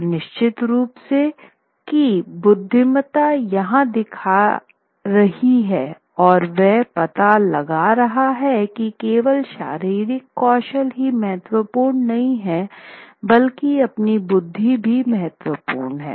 तो निश्चित रूप से की बुद्धिमत्ता यहाँ दिख रही है और यह पता लग रहा है की केवल शारीरिक कौशल ही महत्वपूर्ण नहीं है बल्कि आपकी बुद्धि भी महत्वपूर्ण है